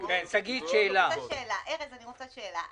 שאלה,